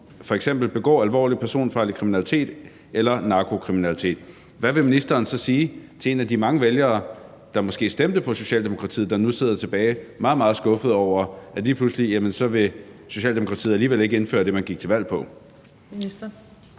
f.eks. begår alvorlig personfarlig kriminalitet eller narkokriminalitet. Hvad vil ministeren så sige til en af de mange vælgere, der måske stemte på Socialdemokratiet, der nu sidder tilbage meget, meget skuffet over, at lige pludselig vil Socialdemokratiet alligevel ikke indføre det, man gik til valg på?